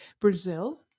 Brazil